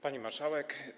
Pani Marszałek!